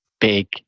big